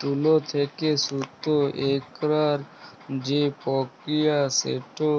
তুলো থেক্যে সুতো কইরার যে প্রক্রিয়া সেটো